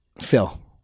Phil